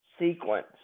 sequence